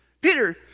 Peter